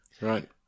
right